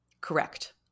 Correct